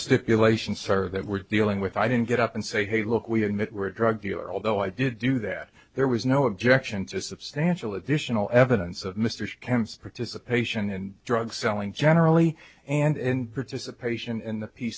stipulation sir that we're dealing with i didn't get up and say hey look we admit we're a drug dealer although i did do that there was no objection to substantial additional evidence of mr kent's participation in drug selling generally and participation and he